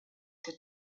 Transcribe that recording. der